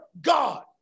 God